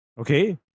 Okay